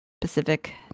Pacific